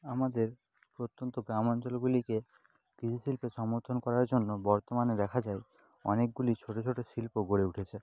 আমাদের প্রত্যন্ত গ্রাম অঞ্চলগুলিকে কৃষি শিল্পের সমর্থন করার জন্য বর্তমানে দেখা যায় অনেকগুলি ছোট ছোট শিল্প গড়ে উঠেছে